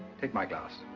take my glass.